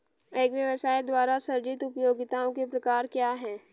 एक व्यवसाय द्वारा सृजित उपयोगिताओं के प्रकार क्या हैं?